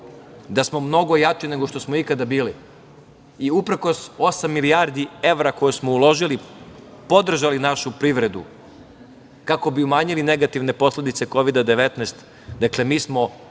da smo mnogo jači nego što smo ikada bili i uprkos osam milijardi evra koje smo uložili, podržali našu privredu kako bi umanjili negativne posledice Kovida 19 mi smo